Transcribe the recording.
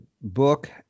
book